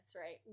right